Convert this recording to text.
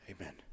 Amen